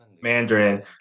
Mandarin